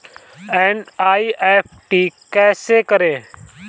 NEFT कैसे करें?